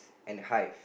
and hive